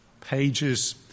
pages